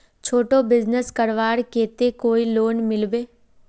छोटो बिजनेस करवार केते कोई लोन मिलबे?